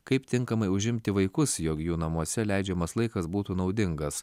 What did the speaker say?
kaip tinkamai užimti vaikus jog jų namuose leidžiamas laikas būtų naudingas